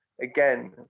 again